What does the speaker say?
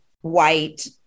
white